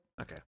Okay